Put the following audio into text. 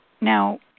now